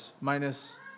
minus